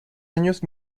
años